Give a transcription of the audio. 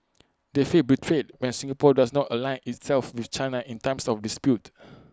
they feel betrayed when Singapore does not align itself with China in times of dispute